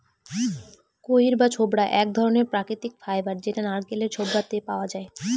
কইর বা ছবড়া এক ধরনের প্রাকৃতিক ফাইবার যেটা নারকেলের ছিবড়েতে পাওয়া যায়